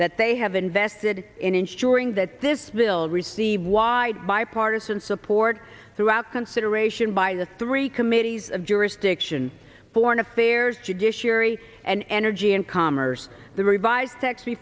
that they have invested in ensuring that this bill received wide bipartisan support throughout consideration by the three committees of jurisdiction foreign affairs judiciary and energy and commerce the revised dex